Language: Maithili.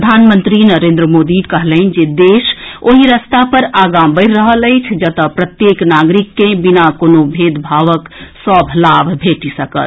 प्रधानमंत्री नरेन्द्र मोदी कहलनि जे देश ओहि रस्ता पर आगां बढ़ि रहल अछि जतऽ प्रत्येक नागरिक के बिना कोनो भेदभावक सभ लाभ भेटि सकत